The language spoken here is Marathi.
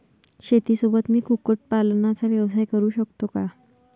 शेतीसोबत मी कुक्कुटपालनाचा व्यवसाय करु शकतो का?